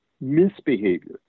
misbehavior